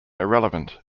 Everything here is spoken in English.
irrelevant